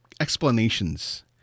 explanations